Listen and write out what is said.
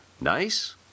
Nice